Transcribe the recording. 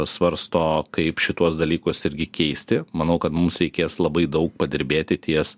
svarsto kaip šituos dalykus irgi keisti manau kad mums reikės labai daug padirbėti ties